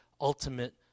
ultimate